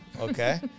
okay